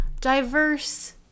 diverse